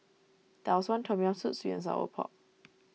Tau Suan Tom Yam Soup Sweet and Sour Pork